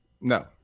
No